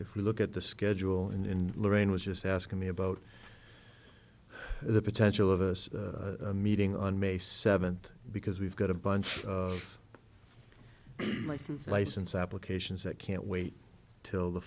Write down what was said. if we look at the schedule in lorain was just asking me about the potential of us meeting on may seventh because we've got a bunch of license license applications that can't wait till the